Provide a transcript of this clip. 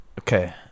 Okay